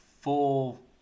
full